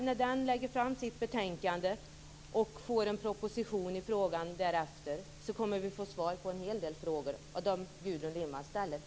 När den lägger fram sitt betänkande och vi därefter får en proposition i frågan, kommer vi att få svar på en hel del av de frågor som Gudrun Lindvall ställer.